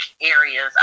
areas